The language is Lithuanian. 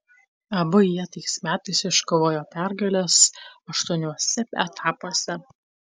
abu jie tais metais iškovojo pergales aštuoniuose etapuose